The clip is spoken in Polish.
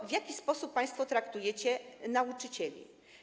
W jaki sposób państwo traktujecie nauczycieli?